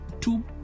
two